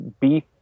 beef